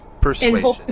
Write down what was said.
persuasion